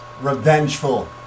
revengeful